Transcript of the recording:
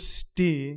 stay